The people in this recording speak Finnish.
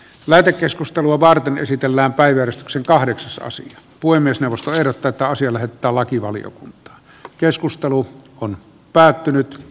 lähetekeskustelua varten esitellään päivystyksen kahdeksas puhemiesneuvosto ehdottaattaa sillä että lakivaliokunta keskustelu on päättynyt